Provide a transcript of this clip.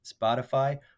spotify